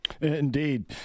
Indeed